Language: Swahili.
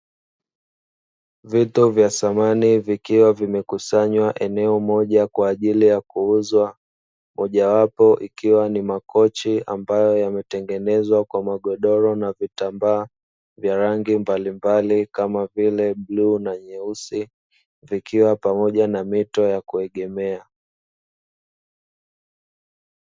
Vitu vya samani vikiwa vimekusanywa eneo moja kwa ajili ya kuuzwa, mojawapo yakiwa ni makochi ambayo hutengenezwa kwa magodoro na vitambaa vya rangi mbali mbali kama vile bluu na nyeusi, vikiwa pamoja na mito ya kuegemea.